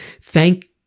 Thank